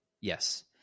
yes